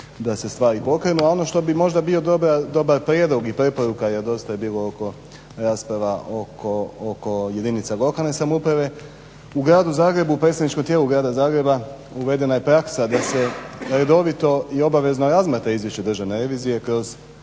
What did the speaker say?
da se stvari pokrenu, a ono što bi možda bio dobar prijedlog i preporuka jer dosta je bilo rasprava oko jedinica lokalne samouprave u Gradu Zagrebu, u predstavničkom tijelu Grada Zagreba uvedena je praksa da se redovito i obavezno razmatra Izvješće Državne revizije kroz